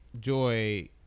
Joy